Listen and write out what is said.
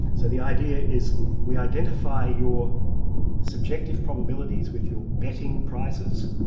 so the idea is we identify your subjective probabilities with your betting prices,